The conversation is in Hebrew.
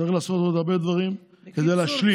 צריך לעשות עוד הרבה דברים כדי להשלים.